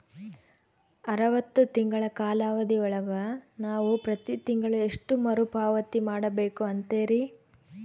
ಅರವತ್ತು ತಿಂಗಳ ಕಾಲಾವಧಿ ಒಳಗ ನಾವು ಪ್ರತಿ ತಿಂಗಳು ಎಷ್ಟು ಮರುಪಾವತಿ ಮಾಡಬೇಕು ಅಂತೇರಿ?